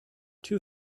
two